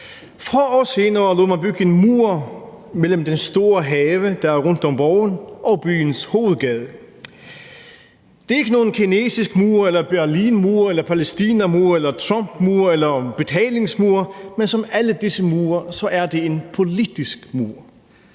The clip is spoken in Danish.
Få år senere lod man bygge en mur mellem den store have, der er rundt om borgen, og byens hovedgade. Det er ikke nogen kinesisk mur eller Berlinmur eller Palæstinamur eller Trumpmur eller betalingsmur, men som alle disse mure er det en politisk mur.